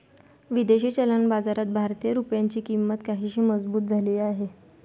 विदेशी चलन बाजारात भारतीय रुपयाची किंमत काहीशी मजबूत झाली आहे